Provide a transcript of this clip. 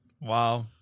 Wow